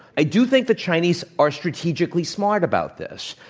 i do think the chinese are strategically smart about this,